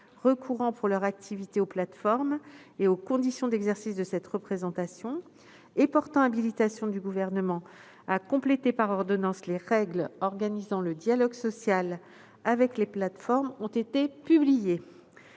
recourant pour leur activité aux plateformes et aux conditions d'exercice de cette représentation et portant habilitation du Gouvernement à compléter par ordonnance les règles organisant le dialogue social avec les plateformes ont été publiées.